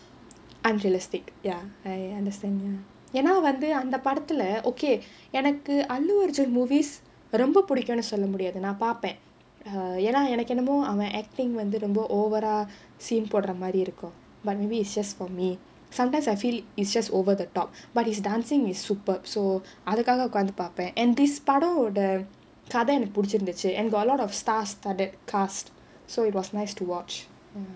unrealistic ya I understand ya என்னா வந்து அந்த படத்துல:ennaa vanthu antha padathula okay எனக்கு:enakku allu arjun movies ரொம்ப பிடிக்கும்னு சொல்ல முடியாது நான் பாப்பேன்:romba pidikkumnu solla mudiyaathu naan paappaen err என்னா எனக்கு என்னமோஅவன்:ennaa ennakku ennamo avan acting வந்து ரொம்ப:vanthu romba overall scene போடற மாதிரி இருக்கும்:podra maathiri irukkum but maybe it's just for me sometimes I feel it's just over the top but his dancing is superb so அதுக்காக உட்காந்து பாப்பேன்:athukaaga utkaanthu paappaen and this படம் ஓட கதை எனக்கு பிடிச்சிருந்துச்சு:padam oda kadha enakku pidichirunthuchu got a lot of stars started cast so it was nice to watch ya